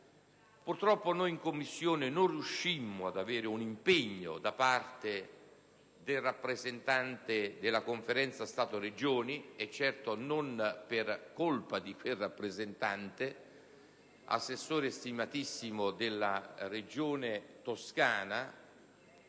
Purtroppo come Commissione non riuscimmo ad ottenere un impegno da parte del rappresentanze della Conferenza Stato-Regioni (e certo non per colpa di quel rappresentante, stimatissimo, della Regione Toscana,